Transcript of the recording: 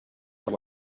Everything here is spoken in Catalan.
per